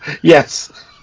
Yes